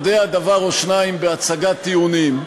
הוא יודע דבר או שניים בהצגת טיעונים,